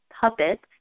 puppets